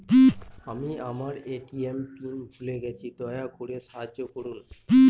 আমি আমার ATM pin ভুলে গেছি, দয়া করে সাহায্য করুন